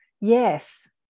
yes